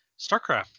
StarCraft